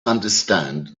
understand